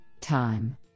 time